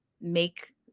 make